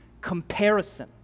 comparison